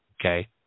Okay